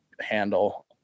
handle